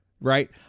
right